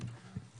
כל